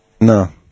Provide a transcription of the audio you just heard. No